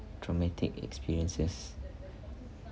traumatic experiences